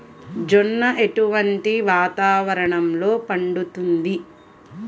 జొన్న ఎటువంటి వాతావరణంలో పండుతుంది?